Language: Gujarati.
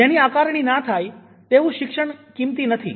જેની આકરણી ના થાય તેવું શિક્ષણ કિંમતી નથી